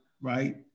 right